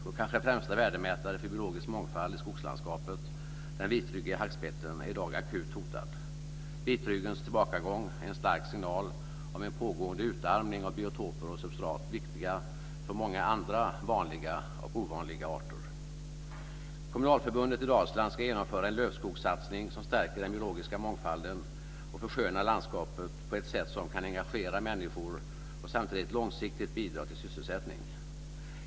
Vår kanske främsta värdemätare för biologisk mångfald i skogslandskapet, den vitryggiga hackspetten, är i dag akut hotad. Vitryggens tillbakagång är en stark signal om en pågående utarmning av biotoper och substrat viktiga för många andra vanliga och ovanliga arter. Kommunalförbundet i Dalsland ska genomföra en lövskogssatsning som stärker den biologiska mångfalden och förskönar landskapet på ett sätt som kan engagera människor och samtidigt långsiktigt bidra till sysselsättning.